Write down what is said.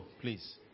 please